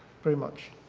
very much.